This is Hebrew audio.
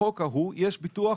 בחוק ההוא יש ביטוח